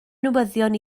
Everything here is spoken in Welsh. newyddion